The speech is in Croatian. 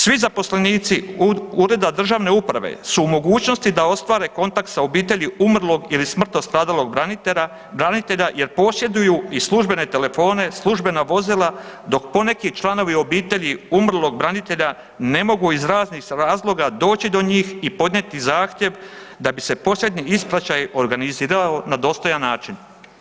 Svi zaposlenici ureda državne uprave su u mogućnosti da ostvare kontakt sa obitelji umrlog ili smrtno stradalog branitelja jer posjeduju i službene telefone, službena vozila, dok poneki članovi obitelji umrlog branitelja ne mogu iz raznih razloga doći do njih i podnijeti zahtjev da bi se posljednji ispraćaj organizirao na dostojan način.